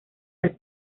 las